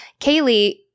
Kaylee